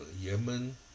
Yemen